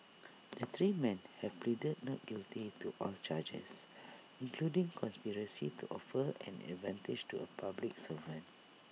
the three man have pleaded not guilty to all charges including conspiracy to offer an advantage to A public servant